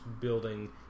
building